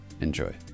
Enjoy